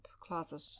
closet